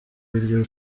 iryo